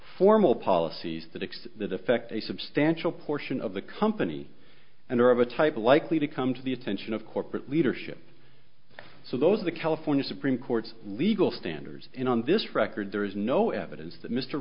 formal policies that x that affect a substantial portion of the company and are of a type likely to come to the attention of corporate leadership so those the california supreme court's legal standards in on this record there is no evidence that mr